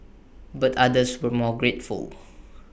but others were more grateful